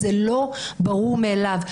זה לא ברור מאליו,